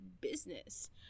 business